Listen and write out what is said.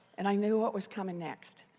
and i knew what was coming next.